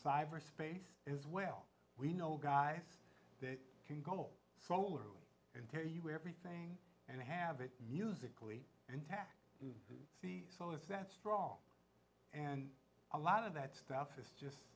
cyberspace as well we know guys that can go slowly and tell you everything and have it musically intact you see solace that's strong and a lot of that stuff is just